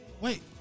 Wait